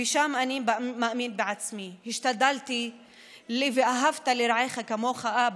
ושם אני מאמין בעצמי'‪.‬ השתדלתי ל'ואהבת לרעך כמוך' אבא,